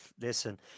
listen